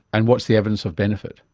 and what's the evidence of benefit?